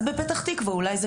אז בפתח תקוה אולי זה כך היה.